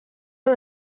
han